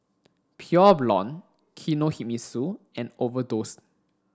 Pure Blonde Kinohimitsu and Overdose